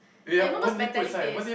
like you know those metallic taste